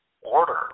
order